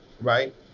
right